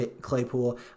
Claypool